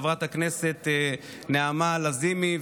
חברת הכנסת נעמה לזימי,